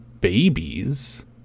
babies